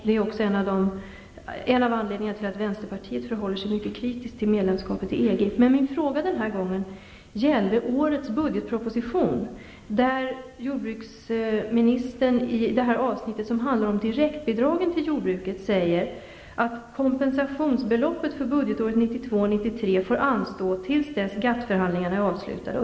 Det är en av anledningarna till att vänsterpartiet förhåller sig mycket kritiskt till ett medlemskap i EG. Men min fråga gällde årets budgetproposition, där jordbruksministern i det avsnitt som handlar om direktbidrag till jordbruket säger att ett ställningstagande till ''kompensationsbeloppet för budgetåret 1992/93 får anstå tills dess förhandlingarna i GATT är avslutade''.